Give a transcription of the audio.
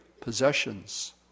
possessions